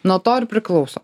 nuo to ir priklauso